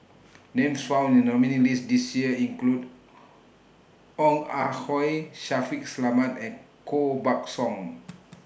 Names found in The nominees' list This Year include Ong Ah Hoi Shaffiq Selamat and Koh Buck Song